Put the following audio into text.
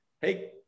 hey